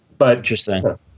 Interesting